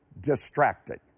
distracted